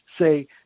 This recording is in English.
say –